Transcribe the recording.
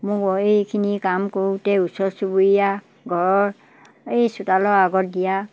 মোৰ এইখিনি কাম কৰোঁতে ওচৰ চুবুৰীয়া ঘৰৰ এই চোতালৰ আগত দিয়া